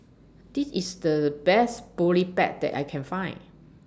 This IS The Best Boribap that I Can Find